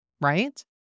right